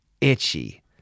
itchy